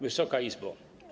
Wysoka Izbo!